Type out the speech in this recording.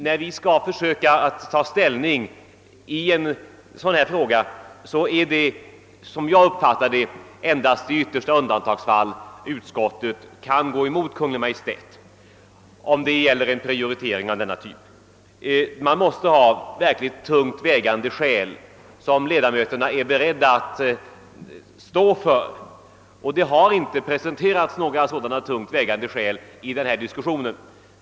När vi skall ta ställning i prioriteringsfrågor av det här slaget är det därför enligt min mening endast i yttersta undantagsfall som utskottet kan gå emot Kungl. Maj:t. Man måste då ha verkligt tungt vägande skäl som man är beredd att stå för, och i den här debatten har det inte presenterats några sådana.